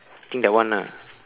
I think that one ah